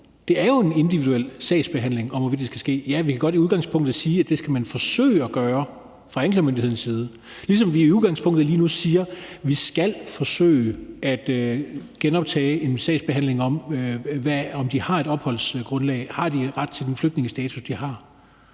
det er jo en individuel sagsbehandling om, hvorvidtdet skal ske. Ja, vi kan godt i udgangspunktet sige, at det skal man forsøge at gøre fra anklagemyndighedens side, ligesom vi i udgangspunktet lige nu siger, at vi skal forsøge at genoptage en sagsbehandling om, omde har et opholdsgrundlag, og om de har ret til den flygtningestatus, de har.